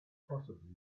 possibly